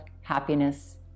happiness